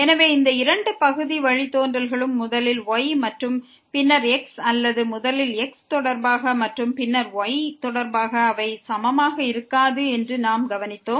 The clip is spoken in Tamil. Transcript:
எனவே இந்த இரண்டு பகுதி வழித்தோன்றல்களும் முதலில் y தொடர்பாக மற்றும் பின்னர் x தொடர்பாக அல்லது முதலில் x தொடர்பாக மற்றும் பின்னர் y தொடர்பாக அவை சமமாக இருக்காது என்று நாம் கவனித்தோம்